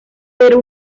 pero